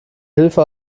hilfe